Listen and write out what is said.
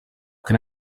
can